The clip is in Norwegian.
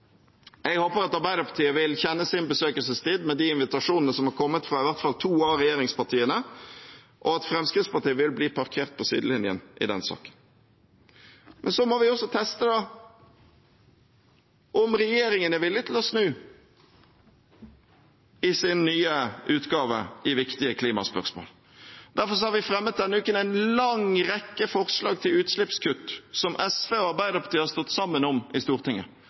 Jeg håper Arbeiderpartiet vil kjenne sin besøkelsestid med de invitasjonene som har kommet fra i hvert fall to av regjeringspartiene, og at Fremskrittspartiet vil bli parkert på sidelinjen i den saken. Vi må også teste om regjeringen er villig til å snu i sin nye utgave i viktige klimaspørsmål. Derfor har vi denne uken fremmet en lang rekke forslag til utslippskutt som SV og Arbeiderpartiet har stått sammen om i Stortinget,